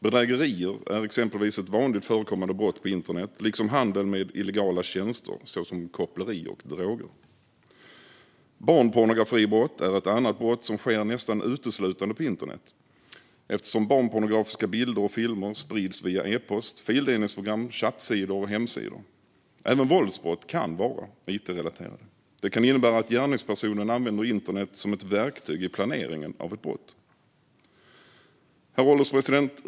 Bedrägerier är exempelvis ett vanligt förekommande brott på internet liksom handel med illegala tjänster, såsom koppleri och droger. Barnpornografibrott är ett annat brott som nästan uteslutande sker på internet, eftersom barnpornografiska bilder och filmer sprids via e-post, fildelningsprogram, chattsidor och hemsidor. Även våldsbrott kan vara it-relaterade. Det kan innebära att gärningspersonen använder internet som ett verktyg i planeringen av ett brott. Herr ålderspresident!